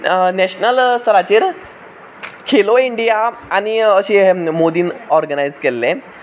national स्थराचेर Khelo India आनी अशें मोदीन ऑर्गनायज केल्लें